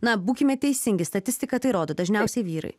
na būkime teisingi statistika tai rodo dažniausiai vyrai